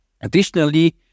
Additionally